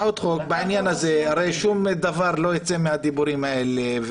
הרי שום דבר לא ייצא מהדיבורים האלה.